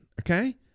Okay